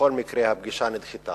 בכל מקרה, הפגישה נדחתה.